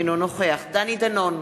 אינו נוכח דני דנון,